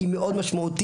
הוא מאוד משמעותי.